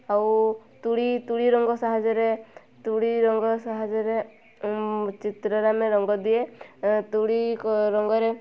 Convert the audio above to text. ଆଉ ତୂଳୀ ତୂଳୀ ରଙ୍ଗ ସାହାଯ୍ୟରେ ତୂଳୀ ରଙ୍ଗ ସାହାଯ୍ୟରେ ଚିତ୍ରରେ ଆମେ ରଙ୍ଗ ଦିଏ ତୂଳୀ ରଙ୍ଗରେ